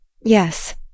Yes